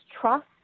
trust